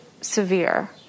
severe